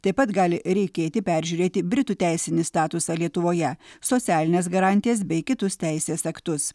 taip pat gali reikėti peržiūrėti britų teisinį statusą lietuvoje socialines garantijas bei kitus teisės aktus